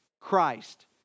Christ